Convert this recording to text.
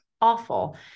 awful